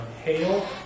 hail